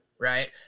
Right